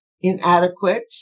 inadequate